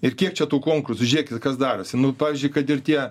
ir kiek čia tų konkursų žiūrėkit kas darosi nu pavyzdžiui kad ir tie